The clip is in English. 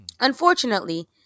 Unfortunately